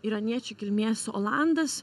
iraniečių kilmės olandas